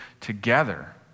together